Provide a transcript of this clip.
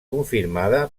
confirmada